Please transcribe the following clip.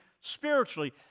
spiritually